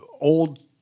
old